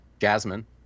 Jasmine